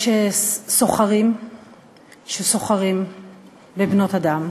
יש סוחרים שסוחרים בבנות-אדם.